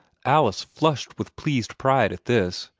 alice flushed with pleased pride at this,